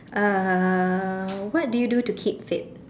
uh what do you do to keep fit